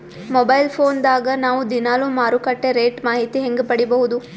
Mobile phone ದಾಗ ನಾವು ದಿನಾಲು ಮಾರುಕಟ್ಟೆ ರೇಟ್ ಮಾಹಿತಿ ಹೆಂಗ ಪಡಿಬಹುದು?